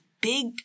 big